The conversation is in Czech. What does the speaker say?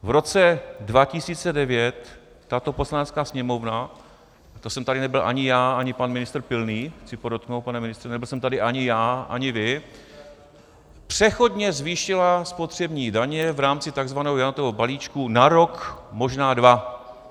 V roce 2009 tato Poslanecká sněmovna, to jsem tady nebyl ani já, ani pan ministr Pilný chci podotknout, pane ministře, nebyl jsem tady ani já, ani vy přechodně zvýšila spotřební daně v rámci tzv. Janatova balíčku na rok, možná dva.